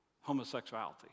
homosexuality